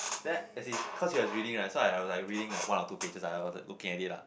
then as in cause he was reading right so I was like reading like one or two pages I was looking at it lah